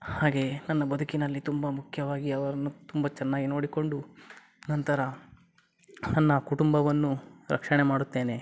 ಹಾಗೆಯೇ ನನ್ನ ಬದುಕಿನಲ್ಲಿ ತುಂಬ ಮುಖ್ಯವಾಗಿ ಅವರನ್ನು ತುಂಬ ಚೆನ್ನಾಗಿ ನೋಡಿಕೊಂಡು ನಂತರ ನನ್ನ ಕುಟುಂಬವನ್ನು ರಕ್ಷಣೆ ಮಾಡುತ್ತೇನೆ